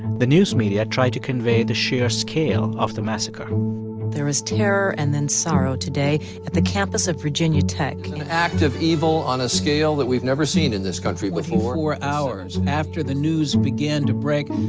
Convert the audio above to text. the news media tried to convey the sheer scale of the massacre there was terror and then sorrow today at the campus of virginia tech an act of evil on a scale that we've never seen in this country before twenty-four hours after the news began to break,